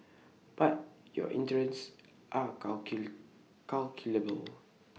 but your interests are calculable